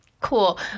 cool